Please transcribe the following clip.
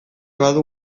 badu